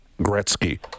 Gretzky